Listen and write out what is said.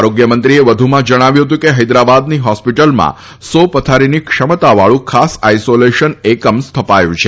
આરોગ્ય મંત્રીએ વધુમાં જણાવ્યું હતું કે હૈદરાબાદની હોસ્પિટલમાં સો પથારીની ક્ષમતાવાળુ ખાસ આઇસોલેશન એકમ સ્થપાયુ છે